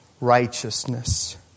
righteousness